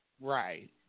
right